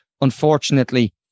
unfortunately